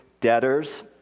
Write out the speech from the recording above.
debtors